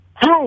Hey